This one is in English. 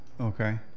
Okay